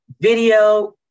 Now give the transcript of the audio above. video